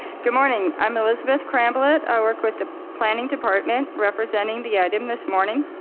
good morning. i'm elizabeth. krambuhl it. i work with the planning department representing the item this morning.